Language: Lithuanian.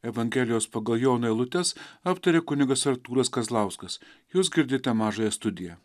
evangelijos pagal joną eilutes aptarė kunigas artūras kazlauskas jūs girdite mažąją studiją